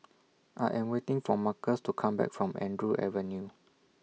I Am waiting For Marcus to Come Back from Andrew Avenue